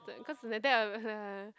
cause like that I'm ya